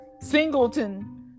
singleton